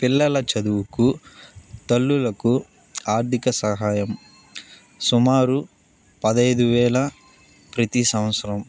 పిల్లల చదువుకు తల్లులకు ఆర్థిక సహాయం సుమారు పదిహేను వేలు ప్రతి సంవత్సరం